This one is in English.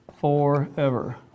forever